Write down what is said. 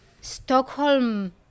Stockholm